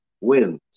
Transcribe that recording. wins